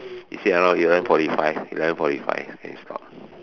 she said around eleven forty five eleven forty five then you stop